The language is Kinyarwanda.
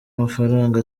amafaranga